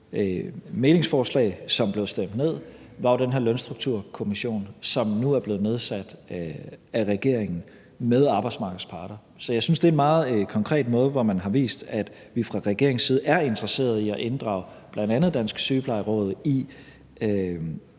en meget konkret måde, hvor man har vist, at vi fra regeringens side er interesseret i at inddrage bl.a. Dansk Sygeplejeråd i